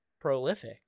prolific